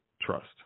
trust